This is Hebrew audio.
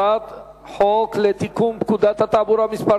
הצעת חוק לתיקון פקודת התחבורה (מס'